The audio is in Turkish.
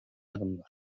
adımlar